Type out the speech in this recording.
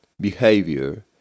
behavior